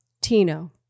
Tino